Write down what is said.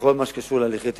בכל מה שקשור להליכי תכנון.